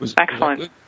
excellent